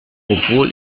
obwohl